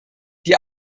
die